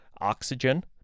oxygen